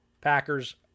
packers